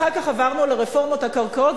אחר כך עברנו לרפורמת הקרקעות,